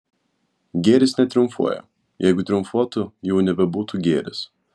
gėris netriumfuoja jeigu triumfuotų jau nebebūtų gėris